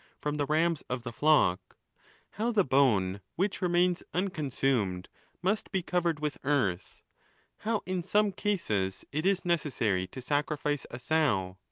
from the rams of the flock how the bone which remains unconsumed must be covered with earth how in some cases it is necessary to sacri fice a sow,